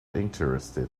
interested